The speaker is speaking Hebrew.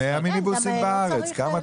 אפילו 100 מיניבוסים בארץ, כמה אתה צריך?